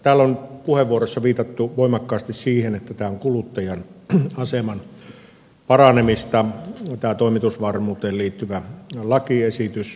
täällä on puheenvuoroissa viitattu voimakkaasti siihen että tämä toimitusvarmuuteen liittyvä lakiesitys hallituksen esitys on kuluttajan aseman paranemista